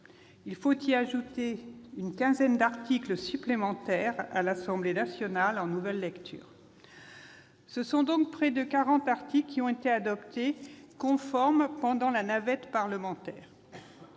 Il faut y ajouter une quinzaine d'articles introduits par l'Assemblée nationale en nouvelle lecture. Ce sont donc près de quarante articles qui ont été adoptés conformes pendant la navette parlementaire.